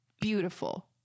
beautiful